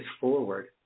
forward